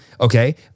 okay